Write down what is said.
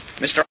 Mr